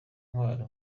intwaro